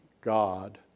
God